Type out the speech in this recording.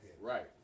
Right